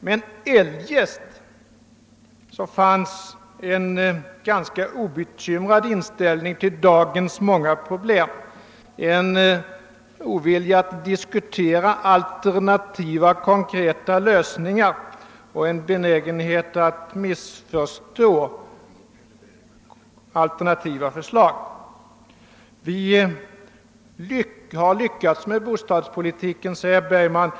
Men eljest uppvisade herr Bergmans anförande en ganska obekymrad inställning till dagens många problem, en ovilja att diskutera alternativa konkreta lösningar och en benägenhet att missförstå alternativa förslag. Vi har lyckats med bostadspolitiken, sade herr Bergman. Hur?